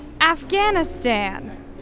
Afghanistan